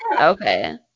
okay